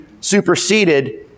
superseded